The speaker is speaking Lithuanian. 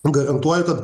garantuoju kad